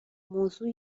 موضوع